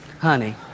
honey